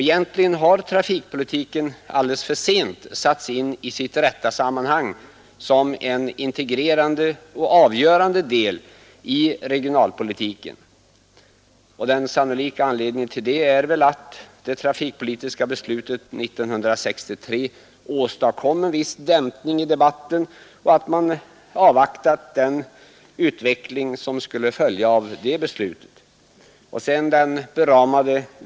Egentligen har trafikpolitiken alldeles för sent satts in i sitt rätta sammanhang som en integrerande och avgörande del av regionalpolitiken. Den sannolika anledningen till det är att det trafikpolitiska beslutet 1963 åstadkom en viss dämpning av debatten och att man avvaktat den utveckling som skulle följa av det beslutet.